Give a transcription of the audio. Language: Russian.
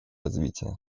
развития